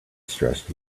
stressed